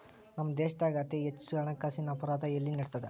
ನಮ್ಮ ದೇಶ್ದಾಗ ಅತೇ ಹೆಚ್ಚ ಹಣ್ಕಾಸಿನ್ ಅಪರಾಧಾ ಎಲ್ಲಿ ನಡಿತದ?